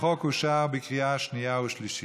החוק אושר בקריאה שנייה ושלישית.